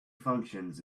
functions